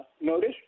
notice